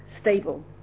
stable